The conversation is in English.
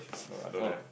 no lah don't have